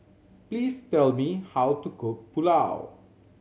please tell me how to cook Pulao